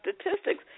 statistics